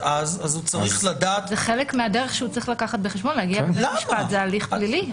הוא צריך לקחת בחשבון שלהגיע לבית משפט זה הליך פלילי,